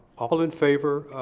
all in favor